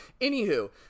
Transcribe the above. Anywho